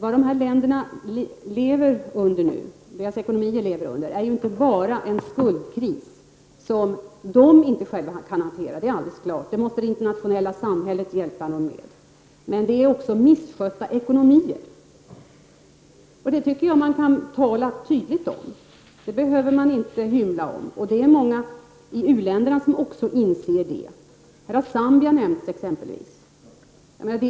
Dessa länders ekonomier lever inte bara under en skuldkris som de inte själva kan hantera — det måste det internationella samhället hjälpa dem med -— utan de har också misskötta ekonomier. Det tycker jag inte att man skall hymla om utan tala tydligt om. Det inser också många i u-länderna. Här har exempelvis Zambia nämnts.